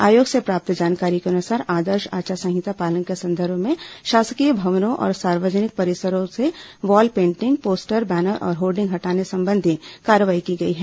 आयोग से प्राप्त जानकारी के अनुसार आदर्श आचार संहिता पालन के संदर्भ में शासकीय भवनों और सार्वजनिक परिसरों से वॉल पेंटिंग पोस्टर बैनर और होर्डिंग हटाने संबंधी कार्रवाई की गई है